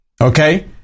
Okay